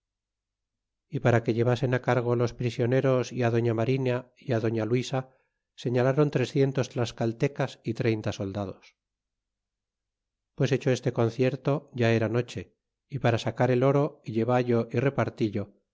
y para que llevasen á cargo los prisioneros y á doña marina y fi doña luisa serialron trescientos tlascaltecas y treinta soldados pues hecho este concierto ya era noche y para sacar el oro y devano y repartillo